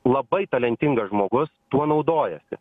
labai talentingas žmogus tuo naudojasi